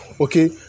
okay